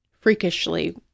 freakishly